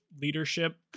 leadership